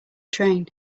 train